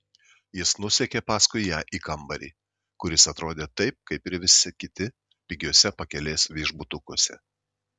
jis nusekė paskui ją į kambarį kuris atrodė taip kaip ir visi kiti pigiuose pakelės viešbutukuose